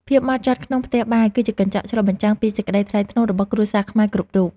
ភាពហ្មត់ចត់ក្នុងផ្ទះបាយ គឺជាកញ្ចក់ឆ្លុះបញ្ចាំងពីសេចក្តីថ្លៃថ្នូររបស់គ្រួសារខ្មែរគ្រប់រូប។